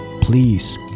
Please